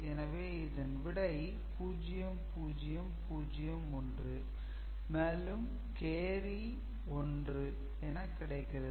எனவே இதன் விடை 0 0 0 1 மேலும் கேரி 1 என கிடைக்கிறது